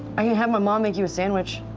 i can have my mom make you a sandwich.